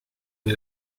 une